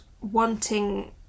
wanting